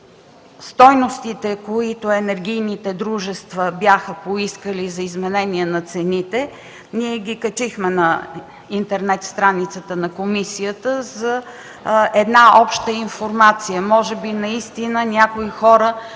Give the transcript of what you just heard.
стойностите, които енергийните дружества бяха поискали за изменение на цените, ние ги качихме на интернет страницата на комисията за една обща информация. Може би наистина някои хора